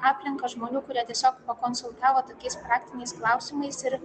aplinką žmonių kurie tiesiog pakonsultavo tokiais praktiniais klausimais ir